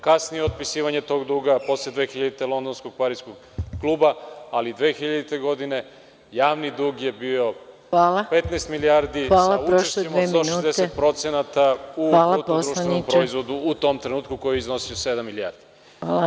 Kasnije otpisivanje tog duga, posle 2000. godine, Londonskog, Pariskog kluba, ali 2000. godine javni dug je bio 15 milijardi, sa učešćem od 160% u BDP u tom trenutku, koji je iznosio sedam milijardi.